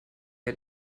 wir